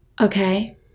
okay